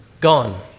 gone